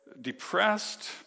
Depressed